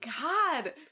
God